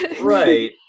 right